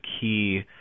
key